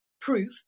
proof